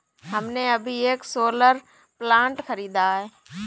हमने अभी एक सोलर प्लांट खरीदा है